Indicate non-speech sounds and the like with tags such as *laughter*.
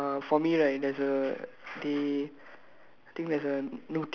nothing *noise* okay uh for me right there's a they